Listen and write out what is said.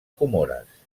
comores